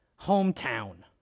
hometown